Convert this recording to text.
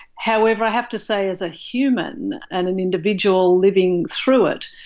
however, i have to say as a human and an individual living through it,